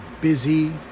busy